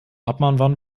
abmahnwahn